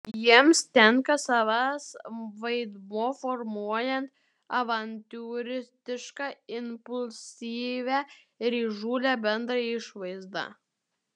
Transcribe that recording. jiems tenka savas vaidmuo formuojant avantiūristišką impulsyvią ir įžūlią bendrą išvaizdą